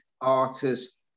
artists